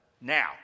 now